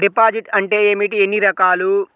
Deposit అంటే ఏమిటీ ఎన్ని రకాలు?